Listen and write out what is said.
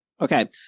Okay